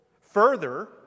Further